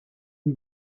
you